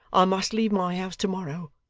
i must leave my house to-morrow,